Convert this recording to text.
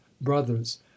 brothers